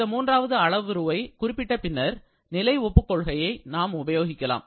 இந்த மூன்றாவது அளவுருவை குறிப்பிட்ட பின்னர் நிலை ஒப்புக்கொள்கையை உபயோகிக்கலாம்